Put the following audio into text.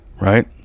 right